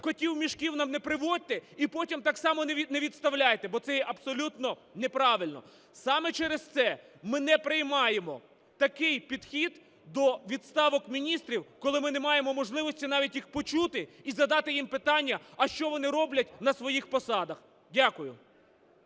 котів у мішках нам не приводьте, і потім так само не відставляйте, бо це є абсолютно неправильно. Саме через це ми не приймаємо такий підхід до відставок міністрів, коли ми не маємо можливості навіть їх почути і задати їм питання, а що вони роблять на своїх посадах. Дякую.